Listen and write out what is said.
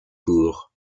cours